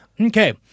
Okay